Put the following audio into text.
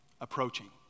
approaching